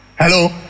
Hello